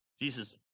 Jesus